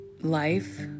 life